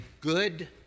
good